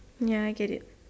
ya I get it